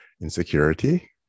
insecurity